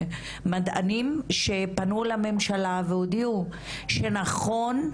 ומדענים, שפנו לממשלה והודיעו שנכון,